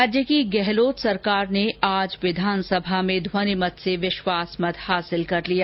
राज्य की गहलोत सरकार ने आज विधानसभा में ध्यनिमत से विश्वास मत हासिल कर लिया